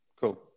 Cool